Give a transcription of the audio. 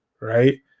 Right